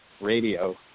radio